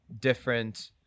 different